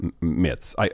myths